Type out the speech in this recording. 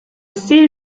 ssir